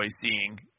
seeing